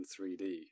3D